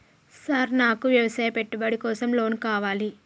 Sir నాకు వ్యవసాయ పెట్టుబడి కోసం లోన్ కావాలి?